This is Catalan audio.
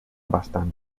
bastant